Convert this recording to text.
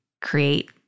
create